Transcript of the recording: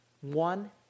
one